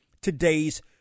today's